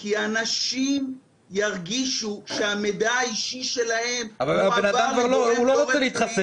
כי אנשים ירגישו שהמידע האישי שלהם מועבר לגורם לא רפואי,